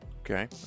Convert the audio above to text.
Okay